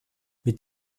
mit